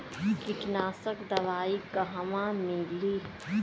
कीटनाशक दवाई कहवा मिली?